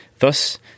Thus